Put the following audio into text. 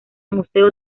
museo